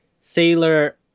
Sailor